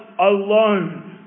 alone